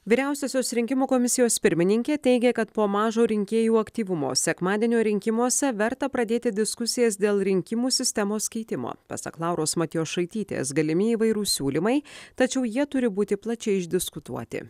vyriausiosios rinkimų komisijos pirmininkė teigia kad po mažo rinkėjų aktyvumo sekmadienio rinkimuose verta pradėti diskusijas dėl rinkimų sistemos keitimo pasak lauros matjošaitytės galimi įvairūs siūlymai tačiau jie turi būti plačiai išdiskutuoti